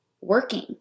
working